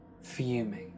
fuming